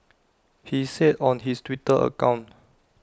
he said on his Twitter account